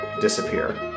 disappear